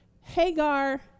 Hagar